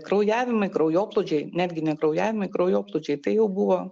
kraujavimai kraujoplūdžiai netgi ne kraujavimai kraujoplūdžiai tai jau buvo